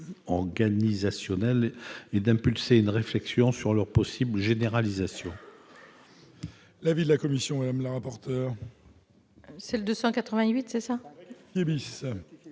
organisationnelles et d'impulser une réflexion sur leur possible généralisation.